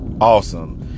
awesome